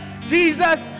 Jesus